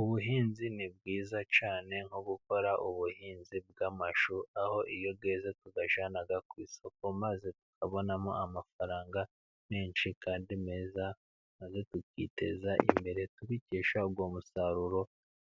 Ubuhinzi ni bwiza cyane nko gukora ubuhinzi bw'amashu ,aho iyo yeze tuyajyana ku isoko maze tukabonamo amafaranga menshi kandi meza maze tukiteza imbere tubikesha uwo musaruro,